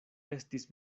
estis